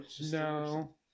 No